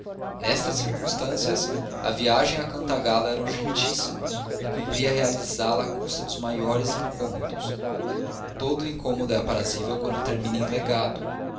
nestas circunstâncias a viagem a cantagalo era urgentíssima e cumpria realizá-la à custa dos maiores incômodos todo o incômodo é aprazível quando termina em legado